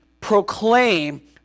proclaim